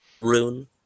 rune